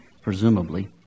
presumably